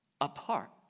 apart